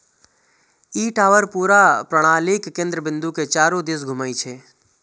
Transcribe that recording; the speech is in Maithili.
ई टावर पूरा प्रणालीक केंद्र बिंदु के चारू दिस घूमै छै